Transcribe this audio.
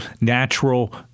natural